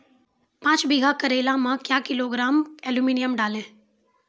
पाँच बीघा करेला मे क्या किलोग्राम एलमुनियम डालें?